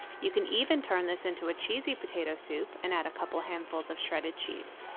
you can even turn this into a cheesy potato soup and add a couple handfuls of shredded cheese.